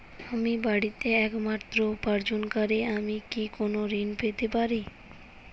আমি বাড়িতে একমাত্র উপার্জনকারী আমি কি কোনো ঋণ পেতে পারি?